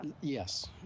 Yes